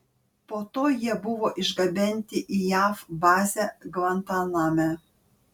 po to jie buvo išgabenti į jav bazę gvantaname